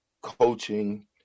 coaching